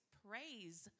praise